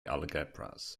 algebras